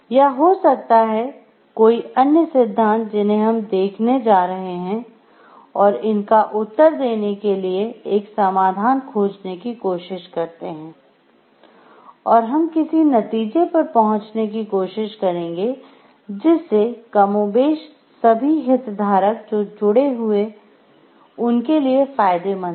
या हो सकता है कोई अन्य सिद्धांत जिन्हें हम देखने जा रहे हैं और इनका उत्तर देने के लिए एक समाधान खोजने की कोशिश करते हैं और हम किसी नतीजे पर पहुँचने की कोशिश करेंगे जिससे कमोबेश सभी हितधारक जो जुड़े हुए उनके लिए फायदेमंद हो